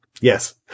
yes